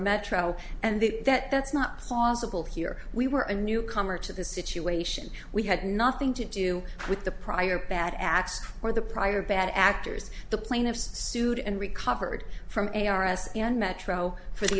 metro and the that that's not possible here we were a newcomer to the situation we had nothing to do with the prior bad acts or the prior bad actors the plaintiffs sued and recovered from a r s in metro for the